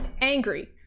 angry